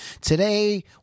Today